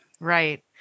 Right